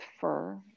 fur